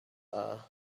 are